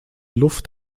luft